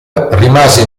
rimase